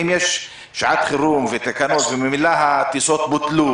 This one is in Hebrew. אם יש שעת חירום ותקנות וממילא הטיסות בוטלו